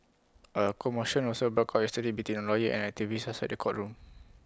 A commotion also broke out yesterday between A lawyer and an activist outside the courtroom